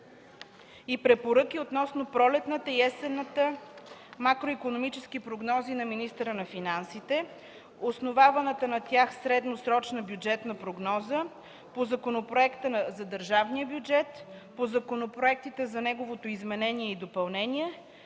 и препоръки относно пролетната и есенната макроикономически прогнози на министъра на финансите, основаната на тях средносрочна бюджетна прогноза, по законопроекта на държавния бюджет, по законопроектите за неговото изменение и допълнение